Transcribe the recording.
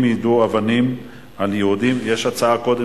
אם כך,